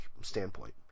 standpoint